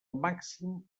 màxim